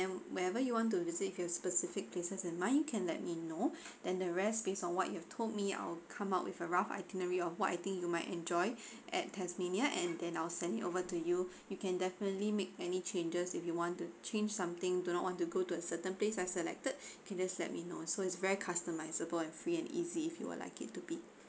then wherever you want to visit with your specific places in mind you can let me know then the rest based on what you have told me I'll come up with a rough itinerary of what I think you might enjoy at tasmania and then I'll send it over to you you can definitely make any changes if you want to change something do not want to go to a certain place I selected can just let me know so it's very customizable free and easy if you would like it to be